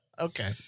Okay